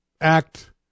act